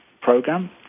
program